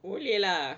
boleh lah